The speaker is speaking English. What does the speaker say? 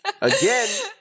Again